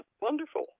wonderful